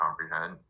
comprehend